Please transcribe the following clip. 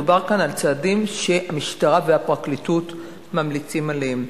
מדובר כאן על צעדים שהמשטרה והפרקליטות ממליצות עליהם.